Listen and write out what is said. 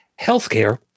healthcare